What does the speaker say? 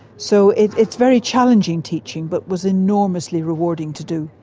so it's it's very challenging teaching but was enormously rewarding to do.